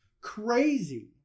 crazy